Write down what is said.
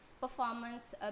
performance